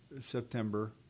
September